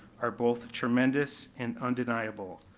are both tremendous and undeniable.